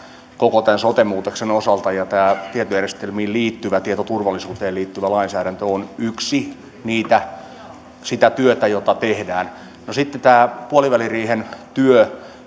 koko tämän sote muutoksen osalta ja tietojärjestelmiin ja tietoturvallisuuteen liittyvä lainsäädäntö on yksi osa sitä työtä jota tehdään sitten tämä puoliväliriihen työ